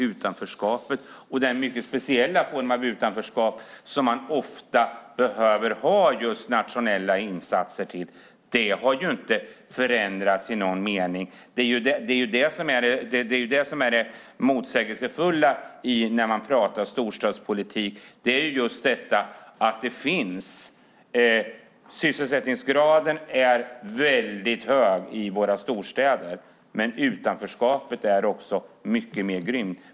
Utanförskapet, och den mycket speciella form av utanförskap som man ofta behöver ha nationella insatser till, har inte förändrats i någon mening. Det är detta som är det motsägelsefulla när man pratar storstadspolitik; sysselsättningsgraden är hög i våra storstäder, men utanförskapet är också mycket grymmare.